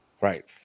Right